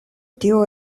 tio